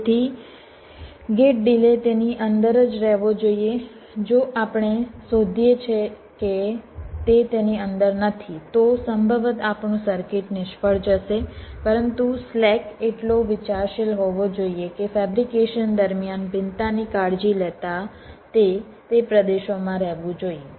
તેથી gate delay તેની અંદર જ રહેવો જોઈએ જો આપણે શોધીએ કે તે તેની અંદર નથી તો સંભવતઃ આપણું સર્કિટ નિષ્ફળ જશે પરંતુ સ્લેક એટલો વિચારશીલ હોવો જોઈએ કે ફેબ્રિકેશન દરમિયાન ભિન્નતાની કાળજી લેતા તે તે પ્રદેશોમાં રહેવું જોઈએ